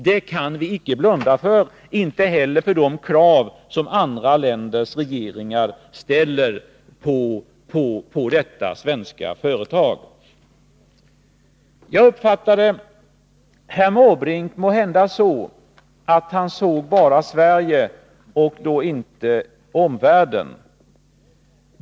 Detta kan vi icke blunda för och inte heller för de krav som andra länders regeringar ställer på detta svenska företag. Jag uppfattade herr Måbrink måhända så att han bara såg Sverige och inte omvärlden.